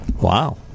Wow